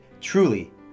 truly